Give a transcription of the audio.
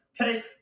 okay